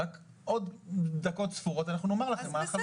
רק עוד דקות ספורות אנחנו נאמר לכם מה החלוקה הרלוונטית.